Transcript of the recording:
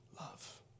Love